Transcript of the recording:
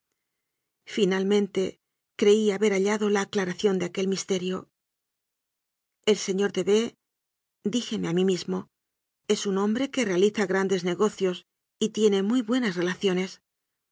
finalmente creí haber hallado la aclaración de aquel misterio el señor de b díjeme a mí mismoes un hombre que realiza grandes nego cios y tiene muy buenas relaciones